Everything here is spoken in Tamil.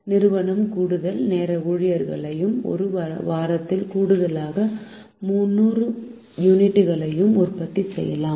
நிறுவனம் கூடுதல் நேர ஊழியர்களையும் ஒரு வாரத்தில் கூடுதலாக 300 யூனிட்டுகளையும் உற்பத்தி செய்யலாம்